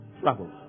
trouble